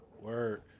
Word